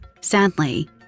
Sadly